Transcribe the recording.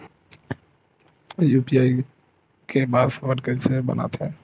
UPI के password कइसे बनाथे?